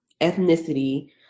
ethnicity